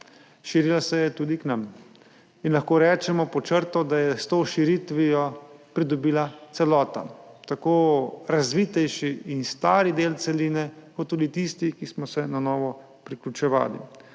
širila se je tudi k nam in lahko pod črto rečemo, da je s to širitvijo pridobila celota, tako razvitejši in stari del celine kot tudi tisti, ki smo se priključevali